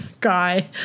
guy